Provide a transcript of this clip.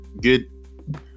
good